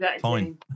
fine